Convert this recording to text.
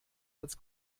als